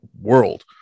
world